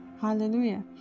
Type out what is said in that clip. hallelujah